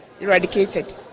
eradicated